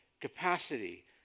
capacity